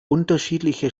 unterschiedliche